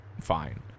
fine